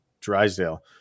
Drysdale